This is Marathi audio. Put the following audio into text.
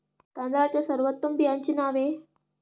तांदळाच्या सर्वोत्तम बियाण्यांची नावे?